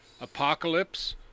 apocalypse